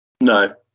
No